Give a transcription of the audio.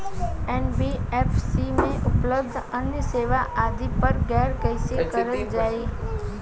NBFC में उपलब्ध अन्य सेवा आदि पर गौर कइसे करल जाइ?